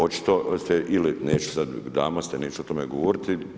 Očito ste ili, neću sad, dama ste neću o tome govoriti.